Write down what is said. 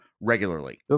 regularly